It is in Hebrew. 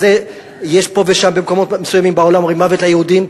יש פה ושם במקומות מסוימים בעולם שאומרים "מוות ליהודים",